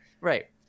Right